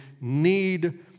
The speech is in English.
need